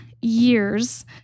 years